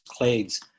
clades